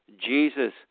Jesus